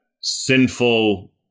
sinful